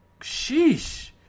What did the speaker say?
sheesh